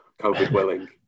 COVID-willing